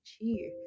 cheer